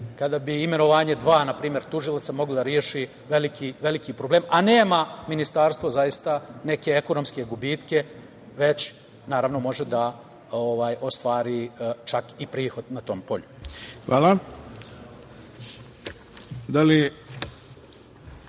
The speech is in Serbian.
kada bi imenovanje dva tužilaca moglo da reši veliki problem, a nema ministarstvo neke ekonomske gubitke, već može da ostvari čak i prihod na tom polju. **Ivica